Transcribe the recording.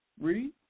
Read